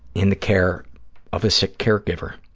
in the care of a sick caregiver.